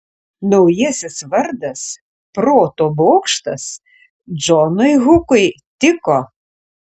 naujasis vardas proto bokštas džonui hukui tiko